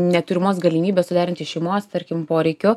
neturimos galimybės suderinti šeimos tarkim poreikio